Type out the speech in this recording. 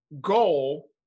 goal